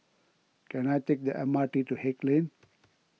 can I take the M R T to Haig Lane